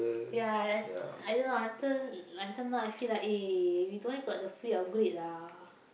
ya I I I don't know until until now I feel like eh we don't have the free upgrade lah